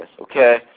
okay